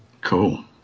Cool